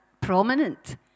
Prominent